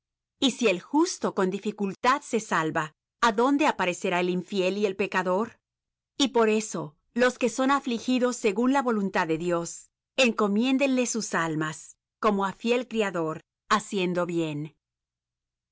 y si el justo con dificultad se salva á dónde aparecerá el infiel y el pecador y por eso los que son afligidos según la voluntad de dios encomiéndenle sus almas como á fiel criador haciendo bien